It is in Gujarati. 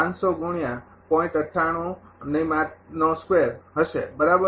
તેથી તે હશે બરાબર